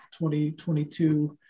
2022